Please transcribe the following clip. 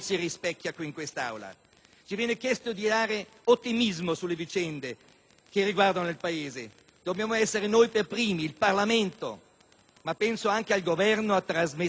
Ci viene chiesto di avere ottimismo sulle vicende che riguardano il Paese: dobbiamo essere noi per primi, il Parlamento, ma penso anche il Governo, a trasmettere questa tranquillità.